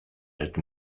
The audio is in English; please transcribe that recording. had